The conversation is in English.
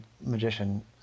magician